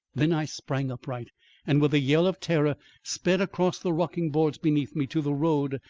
then i sprang upright and with a yell of terror sped across the rocking boards beneath me to the road,